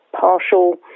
partial